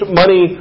money